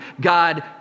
God